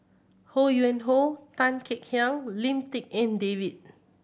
Ho Yuen Hoe Tan Kek Hiang Lim Tik En David